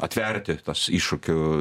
atverti tas iššūkių